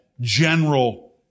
general